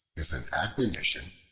is an admonition,